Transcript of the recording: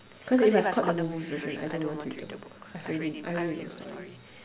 cos if I've caught the movie version I don't want to read the book I've already I already know the story